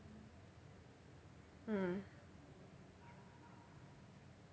mm